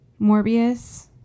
Morbius